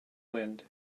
wind